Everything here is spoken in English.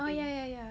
oh ya ya ya